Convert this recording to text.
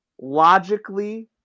logically